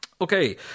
okay